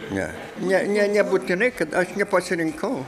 ne ne ne nebūtinai kad aš nepasirinkau